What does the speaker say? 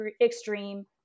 extreme